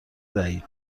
دهید